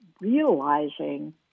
realizing